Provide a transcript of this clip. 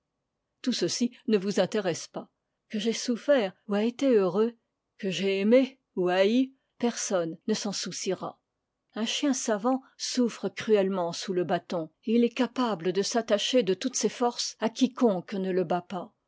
tout ceci ne vous intéresse pas que j'aie souffert ou été heureux que j'aie aimé ou haï personne ne s'en souciera un chien savant souffre cruellement sous le bâton et il est capable de s'attacher de toutes ses forces à quiconque ne le bat pas